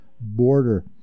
border